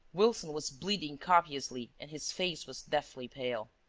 wilson was bleeding copiously and his face was deathly pale.